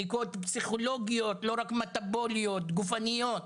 בדיקות פסיכולוגיות ולא רק מטבוליות וגם גופניות.